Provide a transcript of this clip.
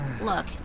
Look